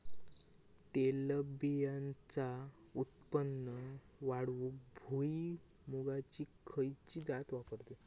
तेलबियांचा उत्पन्न वाढवूक भुईमूगाची खयची जात वापरतत?